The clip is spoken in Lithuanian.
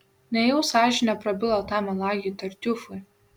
nejau sąžinė prabilo tam melagiui tartiufui